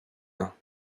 ans